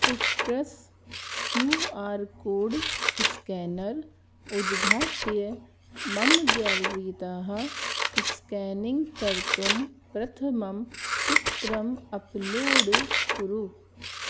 citrus Q R code scanner उद्घाट्य मम गेलरीतः स्केनिङ्ग् कर्तुं प्रथमं चित्रम् अप्लोड् कुरु